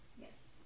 Yes